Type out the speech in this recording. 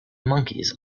monkeys